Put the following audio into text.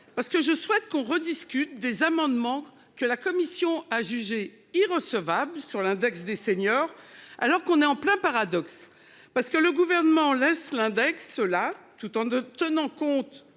Parce que je souhaite qu'on rediscute des amendements que la commission a jugé irrecevable sur l'index des seniors. Alors qu'on est en plein paradoxe parce que le gouvernement laisse l'index là tout en 2, tenant compte,